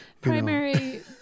Primary